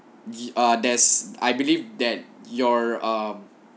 the uh there's I believe that your err